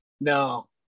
no